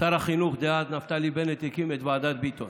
שר החינוך דאז נפתלי בנט, הקים את ועדת ביטון.